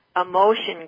emotion